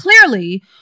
clearly